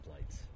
Lights